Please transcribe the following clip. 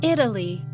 Italy